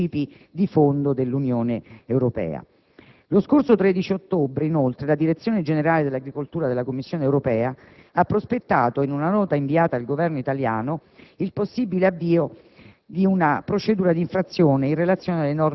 principio, che è linea con i princìpi di fondo dell'Unione Europea. Lo scorso 13 ottobre la Direzione generale dell'agricoltura della Commissione europea ha prospettato, in una nota inviata al Governo italiano, il possibile avvio